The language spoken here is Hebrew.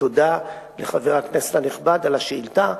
תודה לחבר הכנסת הנכבד על השאילתא.